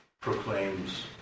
proclaims